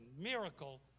miracle